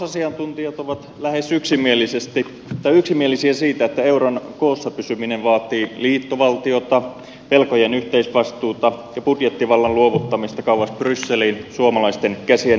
talousasiantuntijat ovat lähes yksimielisiä siitä että euron koossa pysyminen vaatii liittovaltiota velkojen yhteisvastuuta ja budjettivallan luovuttamista kauas brysseliin suomalaisten käsien ulottumattomiin